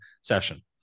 session